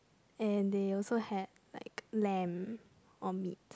and they also had like lamb or meat